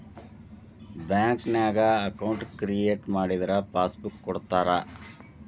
ಬ್ಯಾಂಕ್ನ್ಯಾಗ account create ಮಾಡಿದರ passbook ಕೊಡ್ತಾರಾ